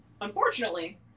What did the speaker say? Unfortunately